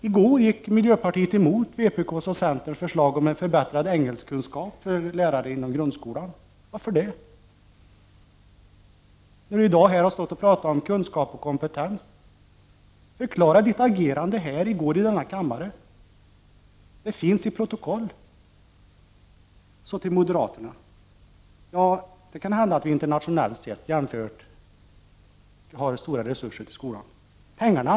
I går gick miljöpartiet emot vpk:s och centerns förslag om en förbättring av engelskkunskaperna hos lärare i grundskolan. Varför det? Eva Goöés har jui dag stått här och talat om kunskaper och kompetens. Eva Goös, förklara agerandet i går här i kammaren! Detta agerande finns redovisat i protokollet. Så till moderaternas Ann-Cathrine Haglund. Ja, det kan hända att Sverige internationellt sett avsätter stora resurser till skolans område.